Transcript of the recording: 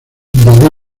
del